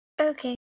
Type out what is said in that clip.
Okay